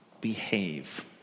behave